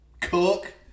Cook